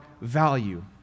value